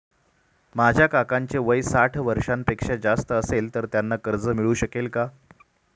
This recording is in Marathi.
माझ्या काकांचे वय साठ वर्षांपेक्षा जास्त असेल तर त्यांना कर्ज मिळू शकेल का?